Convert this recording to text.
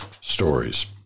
stories